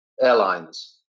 airlines